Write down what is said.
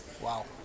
wow